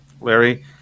Larry